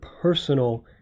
personal